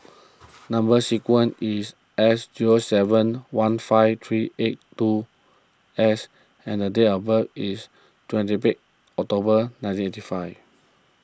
Number Sequence is S zero seven one five three eight two S and date of birth is twenty eighth October nineteen eighty five